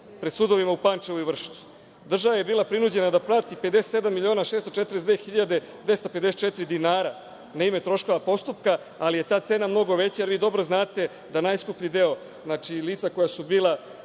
pred sudovima u Pančevu i Vršcu. Država je bila prinuđena da plati 57.642.254 dinara na ime troškova postupka, ali je ta cena mnogo veća, jer vi dobro znate da najskuplji deo, znači lica koja su bila